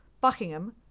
Buckingham